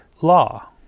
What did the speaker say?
law